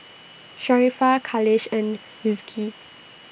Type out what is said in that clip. Sharifah Khalish and Rizqi